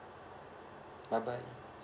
bye bye